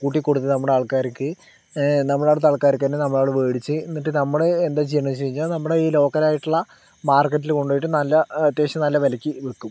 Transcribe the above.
കൂട്ടി കൊടുത്ത് നമ്മുടെ ആൾക്കാർക്ക് നമ്മുടെയിവിടുത്തെ ആൾക്കാർക്ക് തന്നെ നമ്മളവിടെ മേടിച്ച് എന്നിട്ട് നമ്മള് എന്താ ചെയ്യുകയെന്ന് വെച്ച് കഴിഞ്ഞ് കഴിഞ്ഞാൽ നമ്മുടെ ഈ ലോക്കലായിട്ടുള്ള മാർക്കറ്റിൽ കൊണ്ടുപോയിട്ട് നല്ല അത്യാവശ്യം നല്ല വിലയ്ക്ക് വിൽക്കും